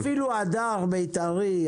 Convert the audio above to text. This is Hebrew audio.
אפילו הדר בית"רי,